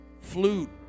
flute